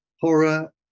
horror